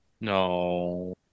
No